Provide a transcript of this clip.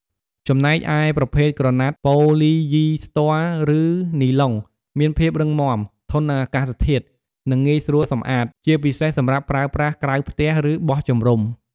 ចំណែកឯប្រភេទ ក្រណាត់ប៉ូលីយីស្ទ័រ ឬនីឡុង មានភាពរឹងមាំ ធន់នឹងអាកាសធាតុ និងងាយស្រួលសម្អាត ជាពិសេសសម្រាប់ប្រើប្រាស់ក្រៅផ្ទះ ឬបោះជំរុំ។